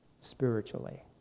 spiritually